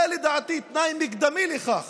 זה לדעתי תנאי מקדמי לכך